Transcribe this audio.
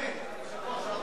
כרמל שאמה